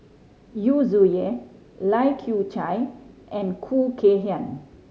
Yu Zhuye Lai Kew Chai and Khoo Kay Hian